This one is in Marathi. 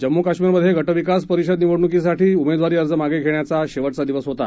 जम्मू कश्मीरमधे गटविकास परिषद निवडणुकीसाठी उमेदवारी अर्ज मागं घेण्याचा आज शेवटचा दिवस होता